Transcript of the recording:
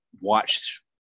watch